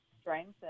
strength